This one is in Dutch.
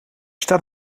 staat